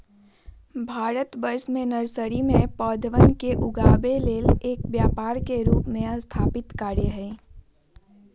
भारतवर्ष में नर्सरी में पौधवन के उगावे ला एक व्यापार के रूप में स्थापित कार्य हई